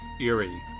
eerie